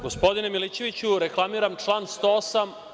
Gospodine Milićeviću, reklamiram član 108.